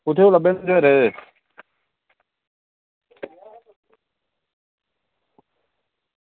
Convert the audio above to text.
कुत्थां लब्भा दे एह्